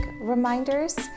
reminders